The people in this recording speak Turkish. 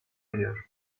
ediyor